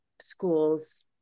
schools